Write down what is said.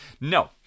no